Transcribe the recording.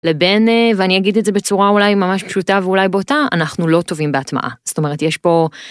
לבין ואני אגיד את זה בצורה אולי ממש פשוטה ואולי בוטה, אנחנו לא טובים בהתמעה זאת אומרת יש פה.